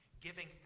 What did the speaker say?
giving